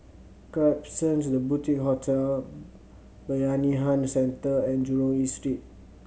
Klapsons The Boutique Hotel Bayanihan Centre and Jurong East Street